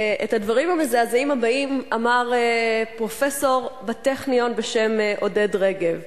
את הדברים המזעזעים הבאים אמר פרופסור בטכניון בשם עודד רגב.